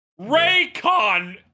Raycon